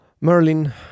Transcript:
Merlin